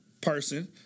person